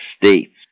States